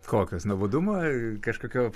kokios nuobodumo kažkokio